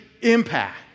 impact